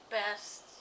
best